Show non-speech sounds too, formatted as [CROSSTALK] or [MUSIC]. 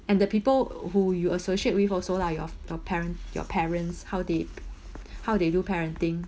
and the people who you associate with also lah your your parent your parents how they [BREATH] how they do parenting